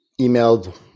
emailed